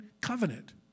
covenant